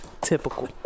Typical